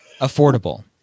affordable